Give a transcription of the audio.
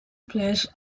plays